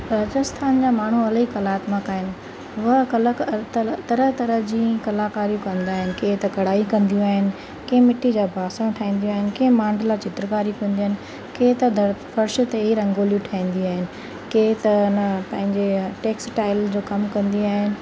राजस्थान जा माण्हू इलाही कलात्मक आहिनि वह अलॻि तरह तरह जी कलाकारी कंदा आहिनि कंहिं त कढ़ाई कंदियूं आहिनि कंहिं मिट्टी जा ॿासण ठाहींदियूं आहिनि कंहिं मांडला चित्रकारी कंदियूं आहिनि कंहिं त दर फर्श ते ई रंगोली ठाहींदियूं आहिनि कंहिं त हिन पंहिंजे टेक्सटाइल जो कमु कंदियूं आहिनि